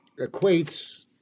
equates